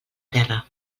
terra